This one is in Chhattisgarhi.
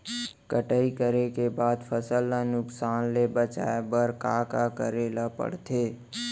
कटाई करे के बाद फसल ल नुकसान ले बचाये बर का का करे ल पड़थे?